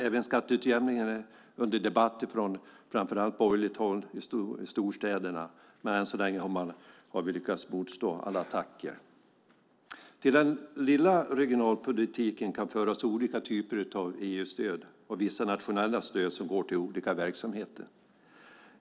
Även skatteutjämningen är under debatt från framför allt borgerligt håll i storstäderna, men än så länge har vi lyckats motstå alla attacker. Till den lilla regionalpolitiken kan föras olika typer av EU-stöd och vissa nationella stöd som går till olika verksamheter.